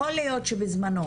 יכול להיות שבזמנו,